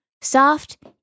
Soft